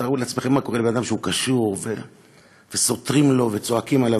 תארו לעצמכם מה קורה לאדם שהוא קשור וסוטרים לו וצועקים עליו.